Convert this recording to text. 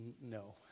No